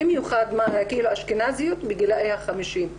במיוחד מהקהילה האשכנזית בגילאי ה-50.